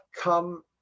come